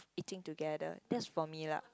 eating together that's for me lah